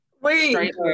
Wait